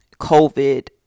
COVID